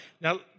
now